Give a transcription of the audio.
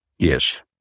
Yes